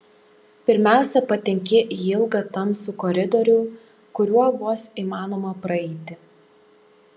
pirmiausia patenki į ilgą tamsų koridorių kuriuo vos įmanoma praeiti